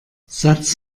satz